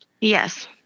Yes